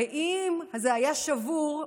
הרי אם זה היה שבור,